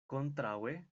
kontraŭe